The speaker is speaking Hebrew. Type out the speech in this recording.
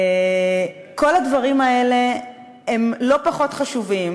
כל הדברים האלה הם לא פחות חשובים,